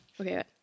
Okay